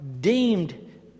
deemed